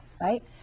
right